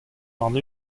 warn